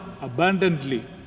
abundantly